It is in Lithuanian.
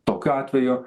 tokiu atveju